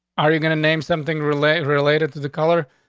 are you gonna name something related related to the color?